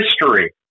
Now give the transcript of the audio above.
history